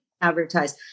advertise